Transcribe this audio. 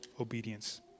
obedience